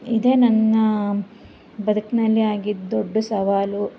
ಇದೇ ನನ್ನ ಬದುಕಿನಲ್ಲಿ ಆಗಿದ್ದ ದೊಡ್ಡ ಸವಾಲು